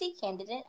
candidate